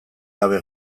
gabe